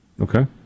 Okay